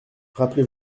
rappelez